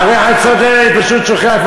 אני חושב שאני עדיין בקואליציה.